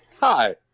Hi